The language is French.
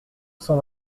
cent